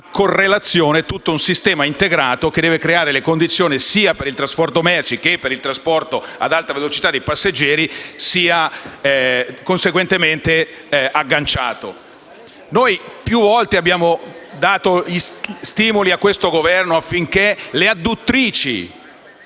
esserci tutto un sistema integrato che favorisca le condizioni sia per il trasporto merci che per il trasposto ad alta velocità dei passeggeri che deve essere conseguentemente agganciato. Noi più volte abbiamo dato stimoli a questo Governo affinché le adduttrici